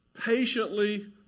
Patiently